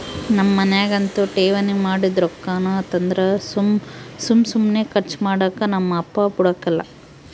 ನಮ್ ಮನ್ಯಾಗಂತೂ ಠೇವಣಿ ಮಾಡಿದ್ ರೊಕ್ಕಾನ ತಂದ್ರ ಸುಮ್ ಸುಮ್ನೆ ಕರ್ಚು ಮಾಡಾಕ ನಮ್ ಅಪ್ಪ ಬುಡಕಲ್ಲ